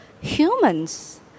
Humans